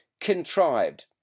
contrived